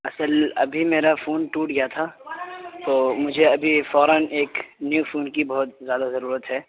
اصل ابھی میرا فون ٹوٹ گیا تھا تو مجھے ابھی فوراً ایک نیو فون کی بہت زیادہ ضرورت ہے